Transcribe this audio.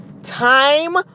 Time